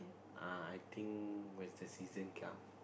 ah I think when the season comes